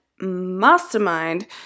Mastermind